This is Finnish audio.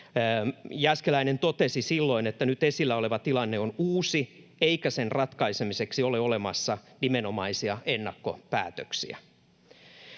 Jääskeläinen totesi silloin, että nyt esillä oleva tilanne on uusi eikä sen ratkaisemiseksi ole olemassa nimenomaisia ennakkopäätöksiä.